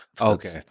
Okay